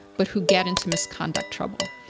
but who get into misconduct trouble.